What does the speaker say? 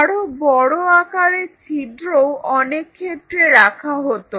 আরো বড় আকারের ছিদ্রও অনেক ক্ষেত্রে রাখা হতো